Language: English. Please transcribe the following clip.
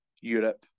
Europe